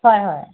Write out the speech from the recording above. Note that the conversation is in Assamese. হয় হয়